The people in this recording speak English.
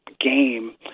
game